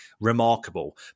remarkable